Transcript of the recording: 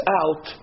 out